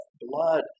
blood